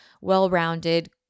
well-rounded